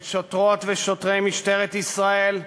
את שוטרות ושוטרי משטרת ישראל,